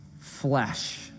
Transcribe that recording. flesh